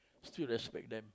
still respect them